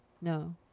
no